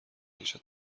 کشد